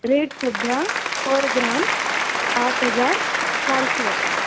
rate सद्याक per gram पांच हजार चारशी आसा